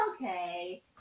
okay